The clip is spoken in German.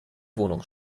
wohnung